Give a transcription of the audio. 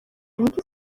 اینکه